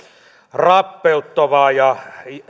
rappeuttavaa ja